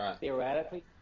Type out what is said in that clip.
theoretically